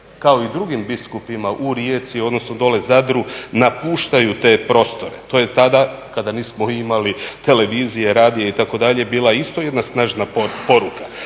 kao i drugim biskupima u Rijeci odnosno dolje Zadru napuštaju te prostore, to je tad kada nismo imali televizije, radija itd. bila je isto jedna snažna poruka.